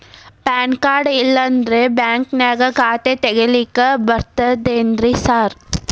PAN card ಇಲ್ಲಂದ್ರ ಬ್ಯಾಂಕಿನ್ಯಾಗ ಖಾತೆ ತೆಗೆಲಿಕ್ಕಿ ಬರ್ತಾದೇನ್ರಿ ಸಾರ್?